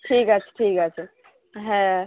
ঠিক আছে ঠিক আছে হ্যাঁ